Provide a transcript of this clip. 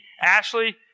Ashley